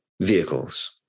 vehicles